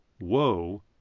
Woe